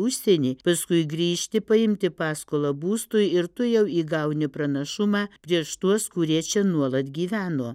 užsienį paskui grįžti paimti paskolą būstui ir tu jau įgauni pranašumą prieš tuos kurie čia nuolat gyveno